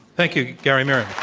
thank you, gary miron.